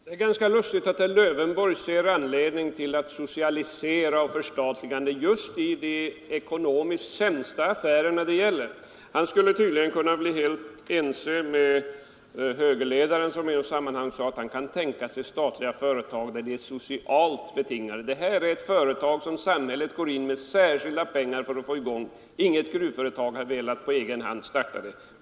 Fru talman! Det är ganska lustigt att herr Lövenborg ser anledning att socialisera och förstatliga just i de ekonomiskt sämsta affärer det gäller. Han skulle tydligen kunna bli helt ense med högerledaren, som i ett sammanhang sade att han kan tänka sig statliga företag där de är socialt betingade. Det här är ett företag där samhället går in med särskilda pengar för att få i gång det. Inget gruvföretag har velat starta det på egen hand.